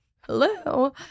Hello